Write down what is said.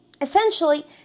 Essentially